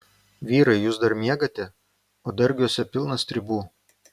vyrai jūs dar miegate o dargiuose pilna stribų